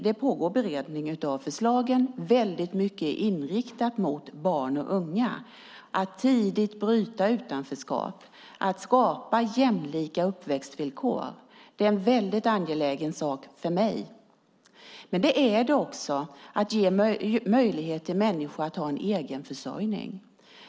Det pågår beredning av förslagen, väldigt mycket inriktat mot barn och unga. Att tidigt bryta utanförskap och att skapa jämlika uppväxtvillkor är en väldigt angelägen sak för mig. Men det är det också att ge möjlighet till människor att ha en egen försörjning.